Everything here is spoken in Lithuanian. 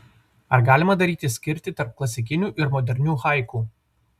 ar galima daryti skirtį tarp klasikinių ir modernių haiku